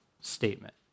statement